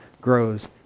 grows